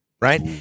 right